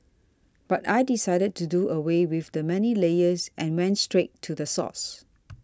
but I decided to do away with the many layers and went straight to the source